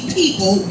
people